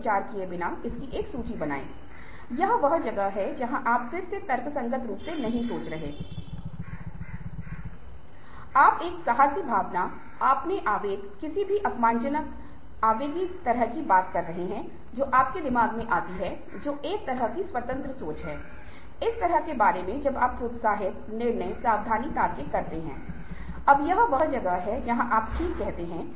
सूचना आदान प्रदान करना वायु संचार कौशल रियायत उद्घाटन और बनाना हाँ और प्रतिबद्धता बंद करना और प्राप्त करना तो ये नेगोशिएशन में प्रक्रिया है और यदि आप इस प्रक्रिया का पालन करते हैं तो हम बेहतर स्थिति में हैं